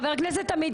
חבר הכנסת עמית,